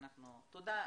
תודה.